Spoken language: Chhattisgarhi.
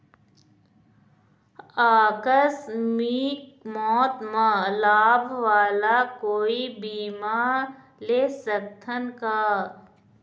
आकस मिक मौत म लाभ वाला कोई बीमा ले सकथन का?